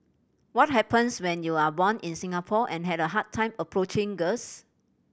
what happens when you are born in Singapore and had a hard time approaching girls